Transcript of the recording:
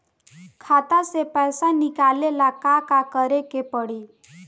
खाता से पैसा निकाले ला का का करे के पड़ी?